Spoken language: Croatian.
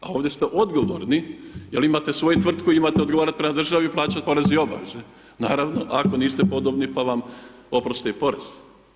A ovdje ste odgovorni jer imate svoju tvrtku, imate odgovarat pravnoj državi plaćat porez i obaveze, naravno, ako niste podobni, pa vam oprosti porez.